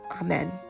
amen